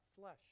Flesh